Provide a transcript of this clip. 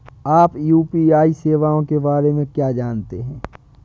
आप यू.पी.आई सेवाओं के बारे में क्या जानते हैं?